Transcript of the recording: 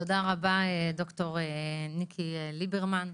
תודה רבה ד"ר ניקי ליברמן.